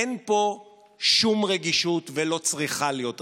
אין פה שום רגישות ולא צריכה להיות רגישות.